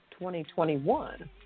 2021